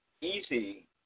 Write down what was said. easy